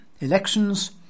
elections